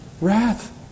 Wrath